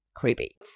creepy